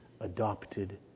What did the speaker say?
adopted